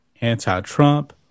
anti-Trump